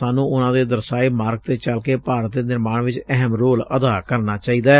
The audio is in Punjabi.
ਸਾਨੂੰ ਉਨੂਾਂ ਦੇ ਦਰਸਾਏ ਮਾਰਗ ਤੇ ਚਲਕੇ ਭਾਰਤ ਦੇ ਨਿਰਮਾਣ ਚ ਅਹਿਮ ਰੋਲ ਅਦਾ ਕਰਨਾ ਚਾਹੀਦੈ